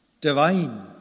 divine